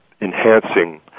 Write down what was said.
enhancing